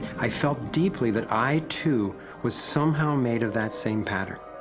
i felt deeply, that i too was somehow made of that same pattern.